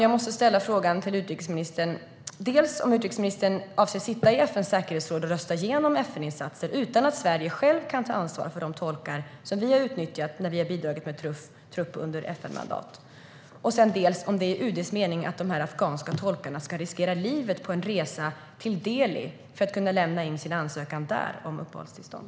Jag måste fråga utrikesministern dels om hon avser att sitta i FN:s säkerhetsråd och rösta igenom FN-insatser utan att Sverige kan ta ansvar för de tolkar vi har utnyttjat när vi har bidragit med trupp under FN-mandat, dels om det är UD:s mening att de afghanska tolkarna ska riskera livet på en resa till New Delhi för att där kunna lämna in sina ansökningar om uppehållstillstånd.